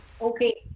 Okay